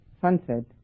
sunset